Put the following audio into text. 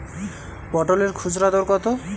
পটলের খুচরা দর কত?